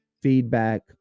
feedback